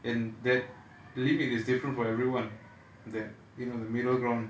and that limit is different for everyone that you know the middle ground